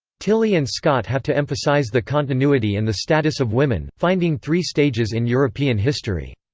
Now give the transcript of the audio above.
tilly and scott have to emphasize the continuity and the status of women, finding three stages in european history.